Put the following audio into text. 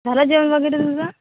झालं जेवण वगैरे तुझं